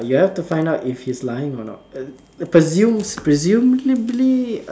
uh you have to find out if he's lying or not uh presume~ presumingly err